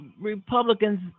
republicans